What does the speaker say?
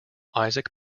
isaac